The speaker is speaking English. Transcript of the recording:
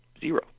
Zero